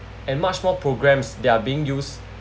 and much more programs that are being used